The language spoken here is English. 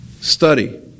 study